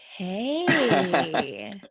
Okay